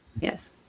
yes